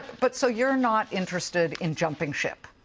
but so you're not interested in jumping ship.